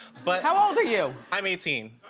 but how old are you? i'm eighteen.